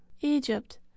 egypt